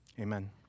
amen